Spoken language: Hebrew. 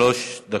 עד שלוש דקות.